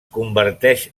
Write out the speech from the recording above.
converteix